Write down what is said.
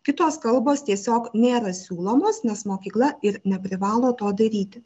kitos kalbos tiesiog nėra siūlomos nes mokykla ir neprivalo to daryti